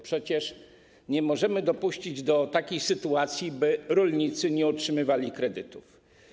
Przecież nie możemy dopuścić do takiej sytuacji, by rolnicy nie otrzymywali kredytów.